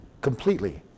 completely